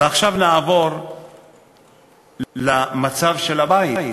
ועכשיו נעבור למצב של הבית,